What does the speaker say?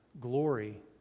glory